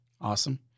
Awesome